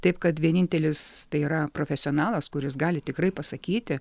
taip kad vienintelis tai yra profesionalas kuris gali tikrai pasakyti